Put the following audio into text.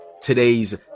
today's